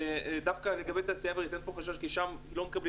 דווקא לגבי התעשייה האווירית אין חשש כי שם לא מקבלים